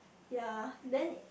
ya then